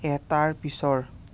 এটাৰ পিছৰ